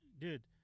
dude